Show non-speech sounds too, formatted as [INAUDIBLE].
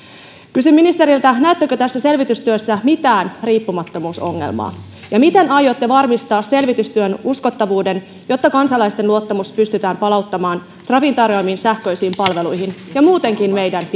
kysyn ministeriltä näettekö tässä selvitystyössä mitään riippumattomuusongelmaa ja miten aiotte varmistaa selvitystyön uskottavuuden jotta kansalaisten luottamus pystytään palauttamaan trafin tarjoamiin sähköisiin palveluihin ja muutenkin meidän [UNINTELLIGIBLE]